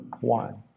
one